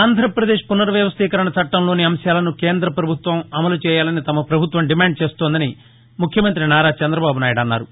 ఆంధ్రాపదేశ్ పునర్వవస్టీకరణ చట్టంలోని అంశాలను కేంద్రపభుత్వం అమలు చేయాలని తమ పభుత్వం డిమాండు చేస్తోందని ముఖ్యమంతి నారా చంద్రబాబునాయుడు అన్నారు